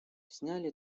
сняли